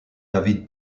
david